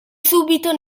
subito